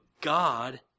God